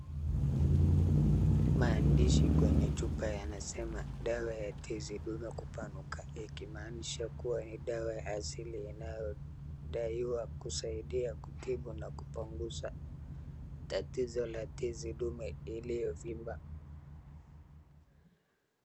Maandishi kwenye chupa yanasema dawa ya tezi ndume kupanuka ikimaanisha kuwa ni dawa ya asili inayodaiwa kusaidia kutibu na kupanguza tatizo la tezi ndume iliyovimba.